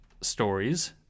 stories